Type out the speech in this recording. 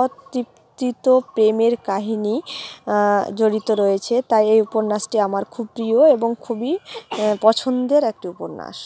অতৃপ্তিত প্রেমের কাহিনি জড়িত রয়েছে তাই এই উপন্যাসটি আমার খুব প্রিয় এবং খুবই পছন্দের একটি উপন্যাস